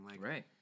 Right